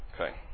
Okay